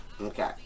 Okay